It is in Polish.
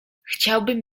chciałbym